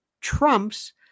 trumps